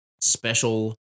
special